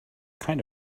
kind